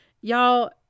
Y'all